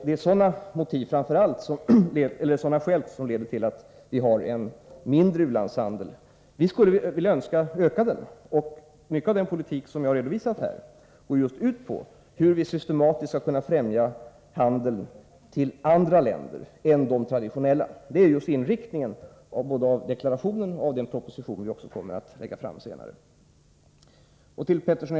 Det är framför allt sådana skäl som jag nu har nämnt som har lett till att vi har en mindre u-landshandel än vi önskar. Vi skulle vilja öka u-landshandeln, och mycket av den politik som jag här redovisat går ut på hur vi systematiskt skall främja handeln med andra länder än de traditionella. Det är inriktningen både i den deklaration som jag i dag har lämnat och i den proposition som vi senare kommer att lägga fram.